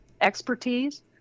expertise